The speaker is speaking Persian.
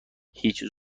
هیچ